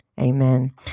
Amen